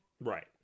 Right